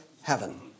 heaven